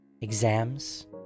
Exams